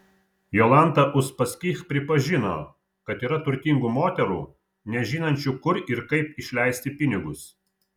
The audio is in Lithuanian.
jolanta uspaskich pripažino kad yra turtingų moterų nežinančių kur ir kaip išleisti pinigus